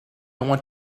want